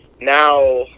now